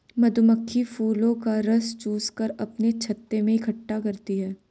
मधुमक्खी फूलों का रस चूस कर अपने छत्ते में इकट्ठा करती हैं